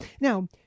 Now